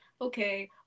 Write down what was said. okay